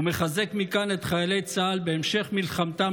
ומחזק מכאן את חיילי צה"ל בהמשך מלחמתם